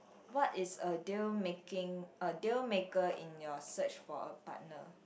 what is a deal making a deal maker in your search for a partner